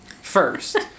first